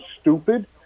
stupid